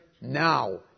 now